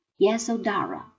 Yesodara